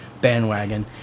bandwagon